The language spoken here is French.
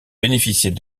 bénéficiait